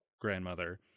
grandmother